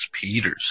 Peters